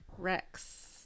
Rex